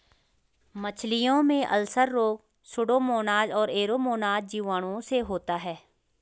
मछलियों में अल्सर रोग सुडोमोनाज और एरोमोनाज जीवाणुओं से होता है